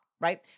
right